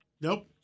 Nope